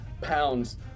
pounds